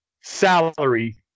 salary